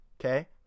okay